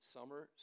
Summer